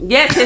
Yes